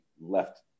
left